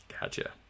Gotcha